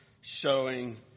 showing